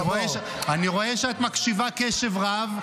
אני רואה שאת מקשיבה קשב רב,